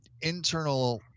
internal